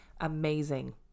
amazing